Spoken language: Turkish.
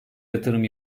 yatırım